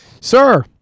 Sir